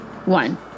One